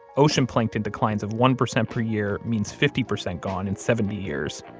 ocean plankton declines of one percent per year means fifty percent gone in seventy years.